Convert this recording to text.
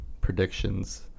predictions